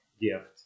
gift